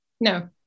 No